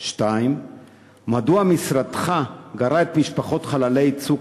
2. מדוע משרדך גרע את משפחות חללי "צוק